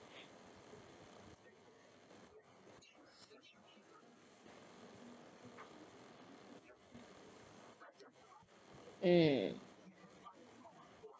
mm